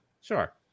Sure